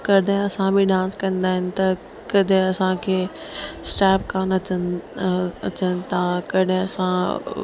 कॾहिं असां बि डांस कंदा आहिनि त कॾहिं असांखे स्टेप कान अचनि था कॾहिं असां